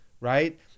right